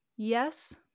Yes